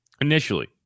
initially